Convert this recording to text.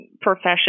profession